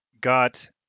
got